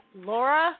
Laura